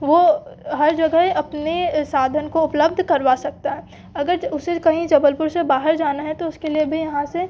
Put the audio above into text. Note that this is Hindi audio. वो हर जगह अपने साधन को उपलब्ध करवा सकता है अगर उसे कहीं जबलपुर से बाहर जाना है तो उसके लिए भी यहाँ से